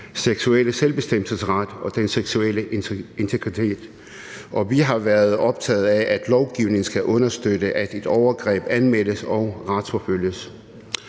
seksuelle selvbestemmelsesret og den seksuelle integritet, og vi har været optaget af, at lovgivningen skal understøtte, at et overgreb anmeldes og retsforfølges.